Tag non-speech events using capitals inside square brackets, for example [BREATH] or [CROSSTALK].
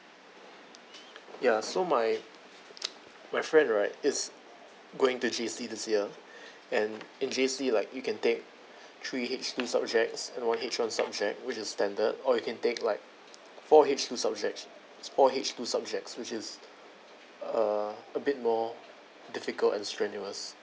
ya so my my friend right is going to J_C this year [BREATH] and in J_C like you can take three H two subjects and one H one subject which is standard or you can take like four H two subjects four H two subjects which is uh a bit more difficult and strenuous